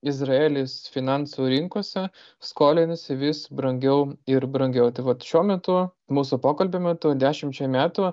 izraelis finansų rinkose skolinasi vis brangiau ir brangiau tai vat šiuo metu mūsų pokalbio metu dešimčiai metų